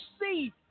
see